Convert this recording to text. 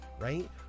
right